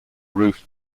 roofed